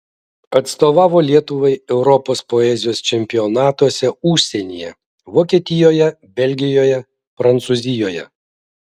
atstovavo lietuvai europos poezijos čempionatuose užsienyje vokietijoje belgijoje prancūzijoje